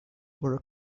were